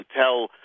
tell